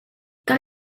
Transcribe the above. cal